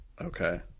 Okay